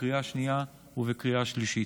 בקריאה שנייה ובקריאה שלישית.